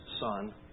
Son